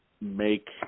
make –